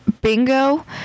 bingo